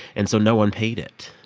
and so no one paid it.